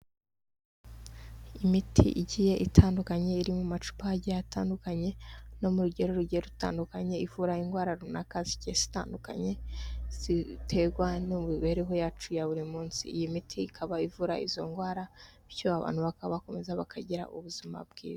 Imiti igiye itandukanye iri mu macupa agiye atandukanye no mu rugero rugiye rutandukanye ivura indwara runaka zige zitandukanye ziterwa n'imibereho yacu ya buri munsi, iyi miti ikaba ivura izo ndwara bityo abantu bakabakomeza bakagira ubuzima bwiza.